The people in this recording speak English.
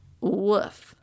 Woof